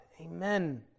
Amen